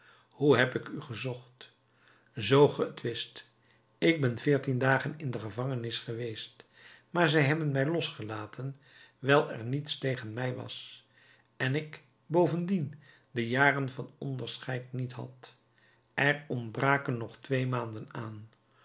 hoe heb ik u gezocht zoo ge het wist ik ben veertien dagen in de gevangenis geweest maar zij hebben mij losgelaten wijl er niets tegen mij was en ik bovendien de jaren van onderscheid niet had er ontbraken nog twee maanden aan